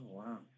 wow